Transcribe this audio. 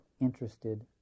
interested